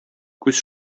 күз